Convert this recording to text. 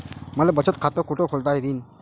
मले बचत खाते कुठ खोलता येईन?